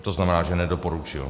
To znamená, že nedoporučil.